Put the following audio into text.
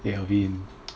alvin